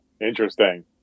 Interesting